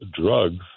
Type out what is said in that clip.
drugs